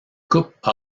couple